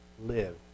live